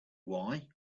why